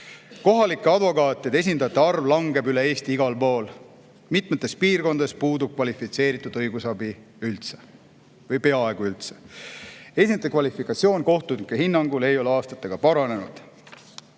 Kohalike advokaatide esindajate arv langeb üle Eesti igal pool. Mitmes piirkonnas puudub kvalifitseeritud õigusabi üldse või peaaegu üldse. Esindajate kvalifikatsioon ei ole kohtunike hinnangul aastatega paranenud.